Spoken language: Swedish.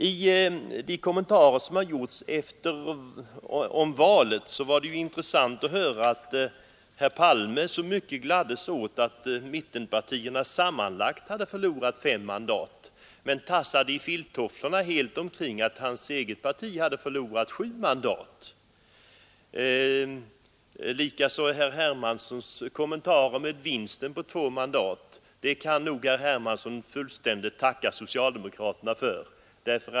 I de kommentarer som har gjorts om valet var det intressant att höra herr Palme, som mycket gladde sig åt att mittenpartierna sammanlagt hade förlorat: fem mandat, men han tassade i filttofflor förbi att hans eget parti hade förlorat sju mandat. Vinsten av två mandat kan nog herr Hermansson fullständigt tacka socialdemokraterna för.